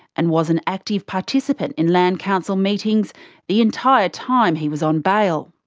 and was an active participant in land council meetings the entire time he was on bail.